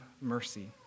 mercy